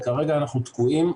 כרגע אנחנו תקועים,